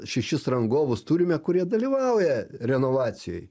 šešis rangovus turime kurie dalyvauja renovacijoj